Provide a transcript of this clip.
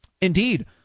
Indeed